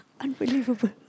Unbelievable